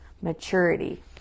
maturity